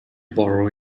borrow